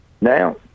now